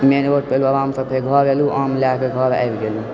मेन road पर एलहुँ आरामसँ घर एलहुँ आम लए कऽ घर आबि गेलहुँ